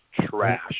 trash